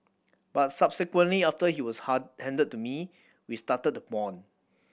but subsequently after he was hard handed to me we started to bond